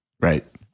Right